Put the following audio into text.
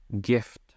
gift